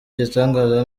igitangaza